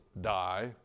die